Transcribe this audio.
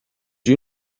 you